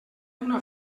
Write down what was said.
una